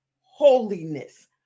holiness